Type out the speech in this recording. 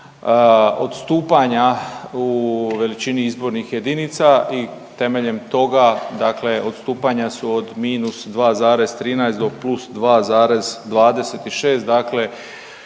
odstupanja u veličini izbornih jedinica i temeljem toga dakle odstupanja su od minus 2,13 do plus 2,26 dakle